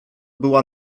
była